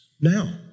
Now